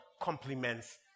complements